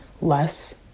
less